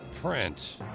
Print